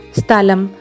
Stalam